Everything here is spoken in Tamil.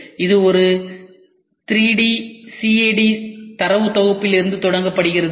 இது ஒரு 3D CAD தரவுத்தொகுப்பிலிருந்து தொடங்குகிறது